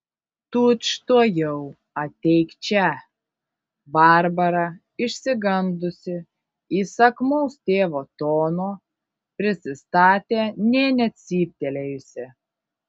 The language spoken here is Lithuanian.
tučtuojau ateik čia barbara išsigandusi įsakmaus tėvo tono prisistatė nė necyptelėjusi